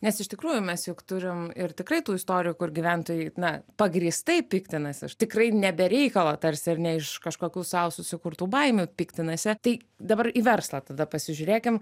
nes iš tikrųjų mes juk turim ir tikrai tų istorijų kur gyventojai na pagrįstai piktinasi ir tikrai ne be reikalo tarsi ar ne iš kažkokių sau susikurtų baimių piktinasi tai dabar į verslą tada pasižiūrėkim